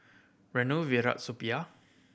Renu Virat Suppiah